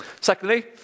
Secondly